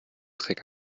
dreck